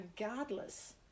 regardless